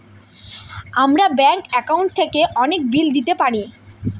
আমরা bank account থেকে অনেক বিল দিতে পারি